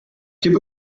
gibt